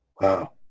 wow